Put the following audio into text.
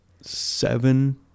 seven